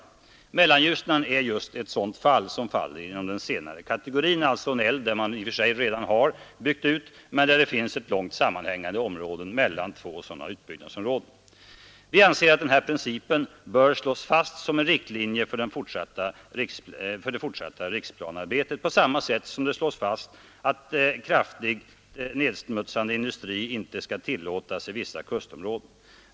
Mellanljusnan är just ett sådant fall, som faller inom den senare kategorin, alltså en älv där man i och för sig redan byggt ut men där det finns ett långt sammanhängande orört område mellan två sådana Vi anser att den här principen bör slås fast som en riktlinje för det fortsatta riksplanearbetet på samma sätt som det slås fast att kraftigt nedsmutsande industrier inte skall tillåtas i vissa kustområden.